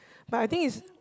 but I think it's